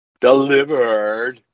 delivered